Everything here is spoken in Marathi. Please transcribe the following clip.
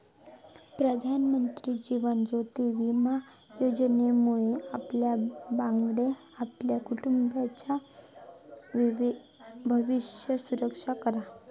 प्रधानमंत्री जीवन ज्योति विमा योजनेमुळे आपल्यावांगडा आपल्या कुटुंबाचाय भविष्य सुरक्षित करा